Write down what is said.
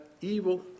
evil